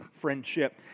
friendship